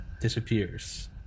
disappears